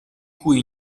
cui